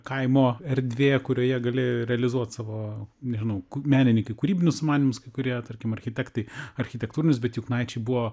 kaimo erdvė kurioje gali realizuot savo nežinau menininkai kūrybinius sumanymus kai kurie tarkim architektai architektūrinius bet juknaičiai buvo